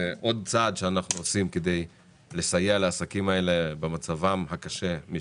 זה עוד צעד שאנחנו עושים כדי לסייע לעסקים שנמצאים במצב קשה.